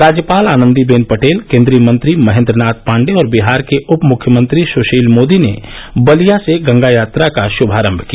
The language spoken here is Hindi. राज्यपाल आनन्दी बेन पटेल केन्द्रीय मंत्री महेन्द्र नाथ पांडेय और विहार के उपमुख्यमंत्री सुशील मोदी ने बलिया से गंगा यात्रा का शुभारम्भ किया